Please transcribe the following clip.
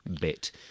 bit